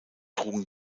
trugen